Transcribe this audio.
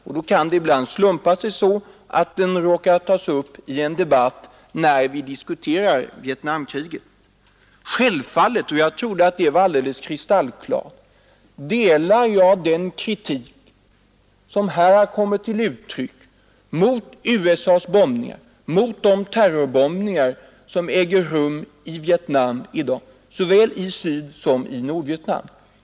Och det kan då bli så att den tas upp i en debatt där vi diskuterar Vietnamkriget. Självfallet — och jag trodde att det var alldeles kristallklart — delar jag den kritik som här har kommit till uttryck mot USA:s bombningar, mot de terrorbombningar som nu äger rum i Vietnam.